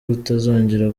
kutazongera